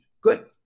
Good